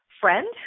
friend